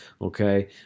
Okay